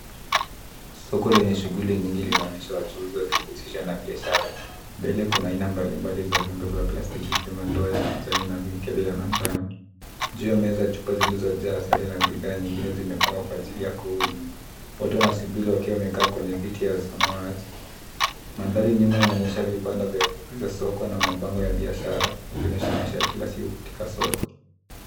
Soko lenye shughuli nyingi linaonyesha wachuuzi wakijihusisha biashara. Mbele kuna aina mbalimbali ya vyombo vya plastiki ikiwemo ndoo ya plastiki, na mikebe ya manjano. Juu ya meza chupa zilizojaa asali na bidhaa nyingine zimepangwa kwa ajili ya kuuza. Wote wanasubiri wakiwa wamekaa kwenye viti ya samawati, mandhari nyuma yanaonyesha vibanda vya soko, na mabango ya biashara yakionyesha maisha ya kila siku katika soko.